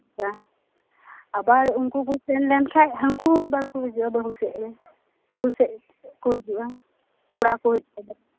ᱚᱱᱠᱟ ᱟᱵᱟᱨ ᱩᱱᱠᱩ ᱠᱚ ᱥᱮᱱ ᱞᱮᱱ ᱠᱷᱟᱡ ᱦᱟᱹᱱᱠᱩ ᱦᱚᱸ ᱟᱵᱟᱨ ᱠᱚ ᱦᱤᱡᱩᱜᱼᱟ ᱵᱟᱹᱦᱩ ᱥᱮᱫ ᱨᱮ ᱵᱟᱹᱦᱩ ᱥᱮᱫ ᱠᱚ ᱦᱤᱡᱩᱜᱼᱟ ᱠᱚᱲᱟ ᱠᱚ ᱦᱤᱡᱩᱜᱼᱟ